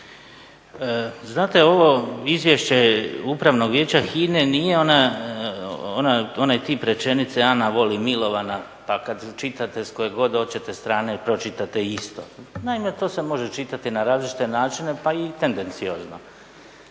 Znate ovo izvješće Upravnog vijeća HINA-e nije onaj tip rečenice Ana voli Milovana, pa kad čitate s koje god hoćete strane pročitate isto. Naime, to se može čitati na različite načine pa i tendenciozno.